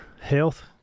health